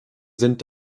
sind